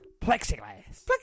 Plexiglass